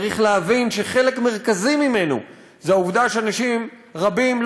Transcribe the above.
צריך להבין שחלק מרכזי ממנו הוא העובדה שאנשים רבים,